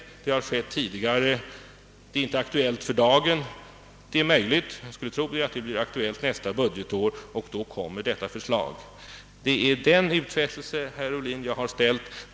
Det har skett tidigare och det är möjligt att ett förslag på nytt kommer att framläggas nästa år. Det är denna utfästelse jag har gjort, herr Ohlin.